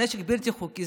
הנשק הבלתי-חוקי,